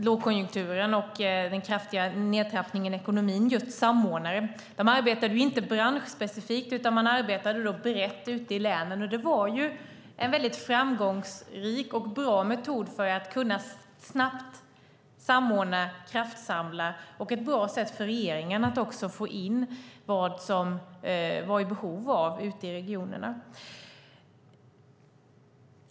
lågkonjunkturen och den kraftiga nedtrappningen i ekonomin införde vi samordnare. De arbetade inte branschspecifikt utan brett ute i länen. Det var en framgångsrik och bra metod för att snabbt kunna samordna och kraftsamla och ett bra sätt för regeringen att få in vad det fanns för behov ute i regionerna.